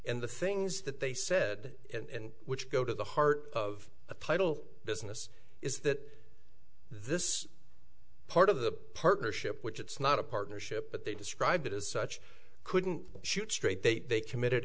and the things that they said and which go to the heart of a title business is that this part of the partnership which it's not a partnership but they describe it as such couldn't shoot straight they committed